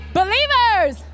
believers